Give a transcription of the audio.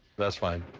that's fine.